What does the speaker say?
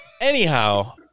anyhow